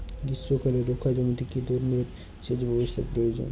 গ্রীষ্মকালে রুখা জমিতে কি ধরনের সেচ ব্যবস্থা প্রয়োজন?